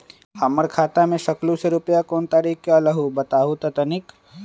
हमर खाता में सकलू से रूपया कोन तारीक के अलऊह बताहु त तनिक?